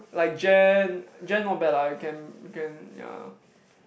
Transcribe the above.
like Jan Jan not bad lah i can can ya